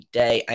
day